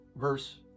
verse